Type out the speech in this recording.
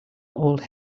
old